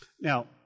Now